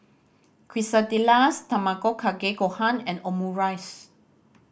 Quesadillas Tamago Kake Gohan and Omurice